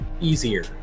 easier